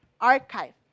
archive